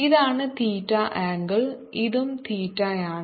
ഇതാണ് തീറ്റ എങ്കിൽ ഇതും തീറ്റയാണ്